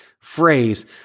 phrase